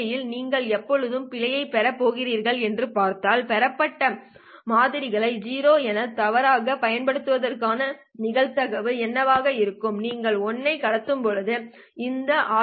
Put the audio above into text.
யில் நீங்கள் எப்போது பிழையைப் பெறப் போகிறீர்கள் என்று பார்த்தால் பெறப்பட்ட மாதிரிகளை 0 என தவறாகப் பயன்படுத்துவதற்கான நிகழ்தகவு என்னவாக இருக்கும் நீங்கள் 1 ஐ கடத்தும்போது இந்த ஆர்